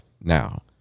now